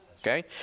Okay